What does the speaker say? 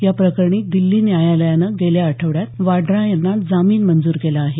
या प्रकरणी दिल्ली न्यायालयानं गेल्या आठवड्यात वाड़ा यांना जामीन मंजूर केला आहे